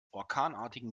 orkanartigen